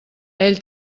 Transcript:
ell